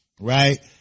right